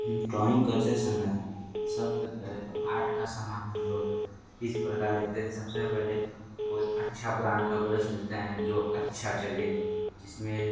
drawing करते समय सबसे पहले आर्ट का समान हम लोग इस प्रकार लेते हैं सबसे पहले कोई अच्छा ब्रांड का ब्रश लेते हैं जो अच्छा चले जिसमें